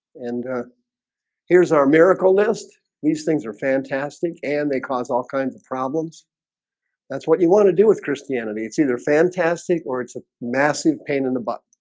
and here's our miracle list these things are fantastic and they cause all kinds of problems that's what you want to do with christianity. it's either fantastic or it's a massive pain in the butt